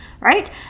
right